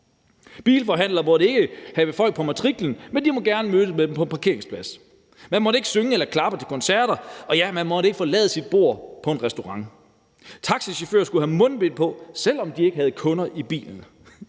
Bilforhandlere måtte ikke have folk på matriklen, men de måtte gerne mødes med dem på parkeringspladsen. Man måtte ikke synge eller klappe til koncerter. Man måtte ikke forlade sit bord på en restaurant. Taxichauffører skulle have mundbind på, selv om de ikke havde kunder i bilen.